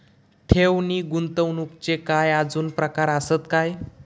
ठेव नी गुंतवणूकचे काय आजुन प्रकार आसत काय?